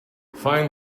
find